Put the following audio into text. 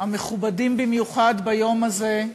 והמכובדים במיוחד ביום הזה,